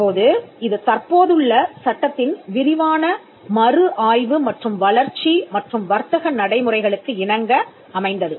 இப்போது இது தற்போதுள்ள சட்டத்தின் விரிவான மறு ஆய்வு மற்றும் வளர்ச்சி மற்றும் வர்த்தக நடைமுறைகளுக்கு இணங்க அமைந்தது